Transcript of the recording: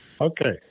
okay